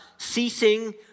ceasing